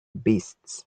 beasts